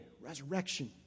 resurrection